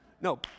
No